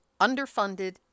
underfunded